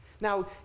Now